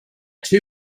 two